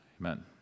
amen